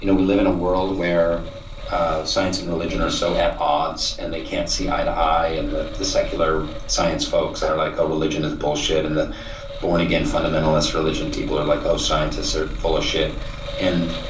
you know we live in a world where ah science and religion are so at odds and they can't see eye to eye. and the the secular science folks are like, religion is bullshit. and the born again fundamentalist religion people are like, scientists are full of shit. and